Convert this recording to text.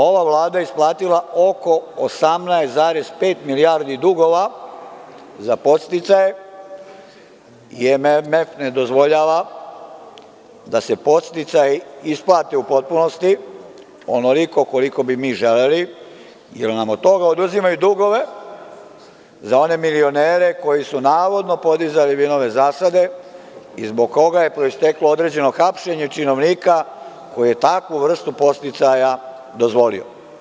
Ova Vlada je isplatila oko 18,5 milijardi dugova za podsticaje, jer MMF ne dozvoljava da se podsticaji isplate u potpunosti onoliko koliko bi mi želeli jer nam od toga oduzimaju dugove za one milionere koji su navodno podizali vinove zasade i zbog koga je proisteklo određeno hapšenje činovnika, koji je takvu vrstu podsticaja dozvolio.